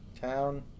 town